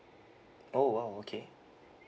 oh !wow! okay